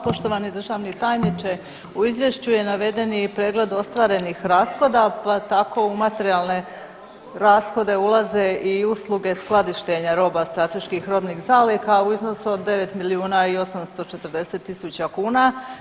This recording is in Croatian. Poštovani državni tajniče, u izvješću je naveden i pregled ostvarenih rashoda, pa tako u materijalne rashode ulaze i usluge skladištenja roba strateških robnih zaliha u iznosu od 9 milijuna i 840 tisuća kuna.